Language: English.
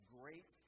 great